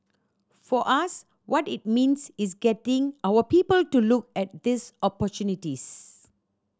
for us what it means is getting our people to look at these opportunities